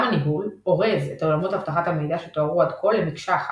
עולם הניהול "אורז" את עולמות אבטחת המידע שתוארו עד כה למיקשה אחת,